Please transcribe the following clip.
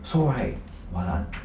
so right walan